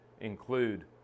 include